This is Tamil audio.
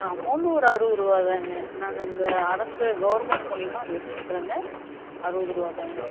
ஆ அமௌண்ட்டு ஒரு அறுபது ரூவாய்தாங்க நாங்கள் அந்த அரசு கவர்மெண்ட் மூலயமா அது வச்சுருக்குறோங்க அறுபது ரூபாதாங்க